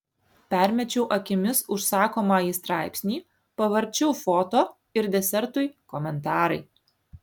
permečiau akimis užsakomąjį straipsnį pavarčiau foto ir desertui komentarai